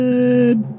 Good